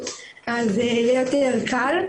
אז יהיה יותר קל.